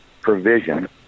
provision